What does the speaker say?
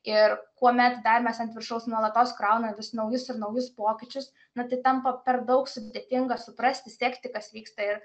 ir kuomet dar mes ant viršaus nuolatos krauna vis naujus ir naujus pokyčius na tai tampa per daug sudėtinga suprasti sekti kas vyksta ir